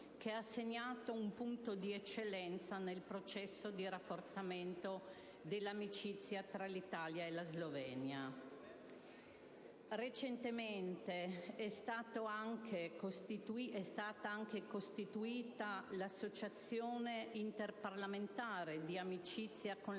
che ha segnato un punto di eccellenza nel processo di rafforzamento dell'amicizia tra l'Italia e la Slovenia. Recentemente è stata anche costituita l'Associazione interparlamentare di amicizia con